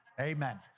amen